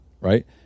right